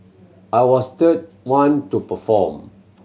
I was third one to perform